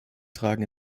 tragen